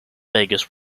vegas